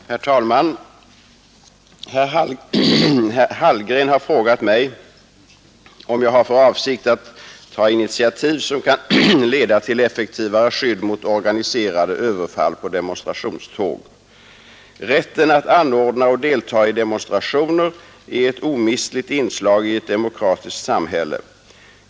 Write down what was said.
Herr talman! Herr Hallgren har frågat mig om jag har för avsikt att ta initiativ som kan leda till effektivare skydd mot organiserade överfall på demonstrationståg. Rätten att anordna och delta i demonstrationer är ett omistligt inslag i ett demokratiskt samhälle.